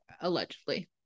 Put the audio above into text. Allegedly